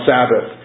Sabbath